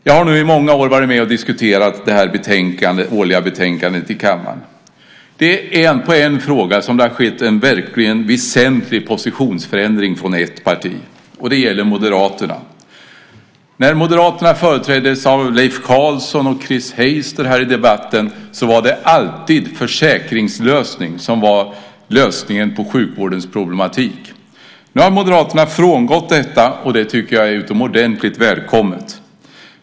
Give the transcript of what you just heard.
Jag har i många år varit med och diskuterat detta årliga betänkande i kammaren. I en fråga har det skett en väsentlig positionsförändring hos ett parti. Det gäller Moderaterna. När Moderaterna företräddes av Leif Carlson och Chris Heister var det alltid försäkringslösning som var lösningen på sjukvårdens problematik. Nu har Moderaterna frångått det. Det tycker jag är utomordentligt välkommet.